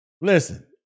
Listen